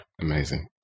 Amazing